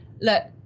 look